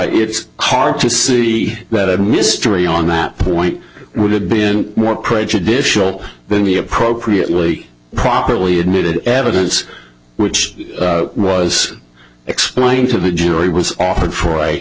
it's hard to see that a mystery on that point would have been more prejudicial than the appropriately properly admitted evidence which was explained to the jury was offered for a